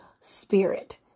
spirit